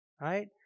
right